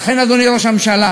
לכן, אדוני ראש הממשלה,